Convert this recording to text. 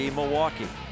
Milwaukee